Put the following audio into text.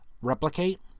replicate